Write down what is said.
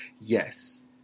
yes